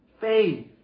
faith